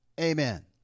Amen